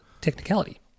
technicality